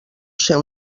ser